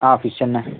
ആ ഫിഷ് തന്നെ